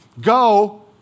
Go